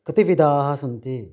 कतिविधाः सन्ति